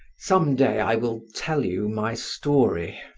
some day i will tell you my story,